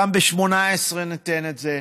גם ב-2018 ניתן את זה,